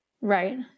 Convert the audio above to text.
Right